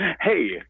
Hey